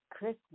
Christmas